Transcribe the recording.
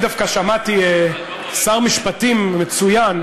אני דווקא שמעתי שר משפטים מצוין